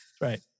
Right